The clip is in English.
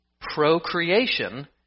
procreation